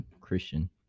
Christian